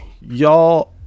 y'all